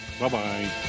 Bye-bye